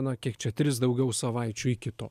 na kiek čia tris daugiau savaičių iki to